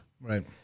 right